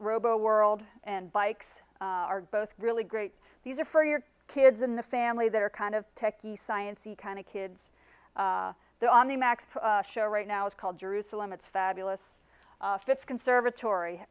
robo world and bikes are both really great these are for your kids in the family that are kind of techie science the kind of kids they're on the show right now it's called jerusalem it's fabulous it's conservatory